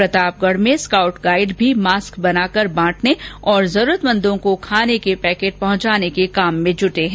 प्रतापगढ़ में scout guide भी mask बनाकर बांटने और जरूरतमंदों को खाने के पैकेट पहुंचाने के काम में जुटे हैं